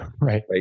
Right